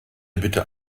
bitte